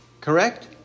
Correct